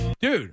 Dude